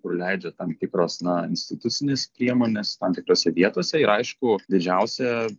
kur leidžia tam tikros na institucinės priemonės tam tikrose vietose ir aišku didžiausia